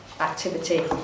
activity